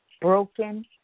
broken